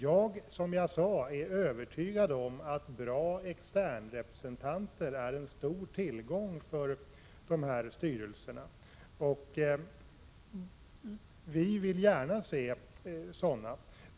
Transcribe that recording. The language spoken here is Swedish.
Jag är, som jag sagt, övertygad om att bra externrepresentanter är en stor tillgång för styrelserna.